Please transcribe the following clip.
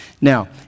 Now